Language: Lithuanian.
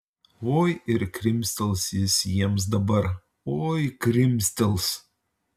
oi ir krimstels jis jiems dabar oi krimstels